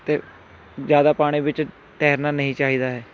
ਅਤੇ ਜ਼ਿਆਦਾ ਪਾਣੀ ਵਿੱਚ ਤੈਰਨਾ ਨਹੀਂ ਚਾਹੀਦਾ ਹੈ